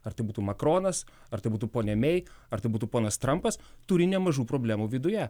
ar tai būtų makronas ar tai būtų ponia mei ar tai būtų ponas trampas turi nemažų problemų viduje